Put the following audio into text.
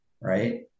Right